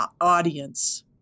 audience